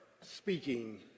speaking